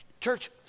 Church